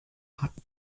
hat